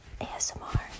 ASMR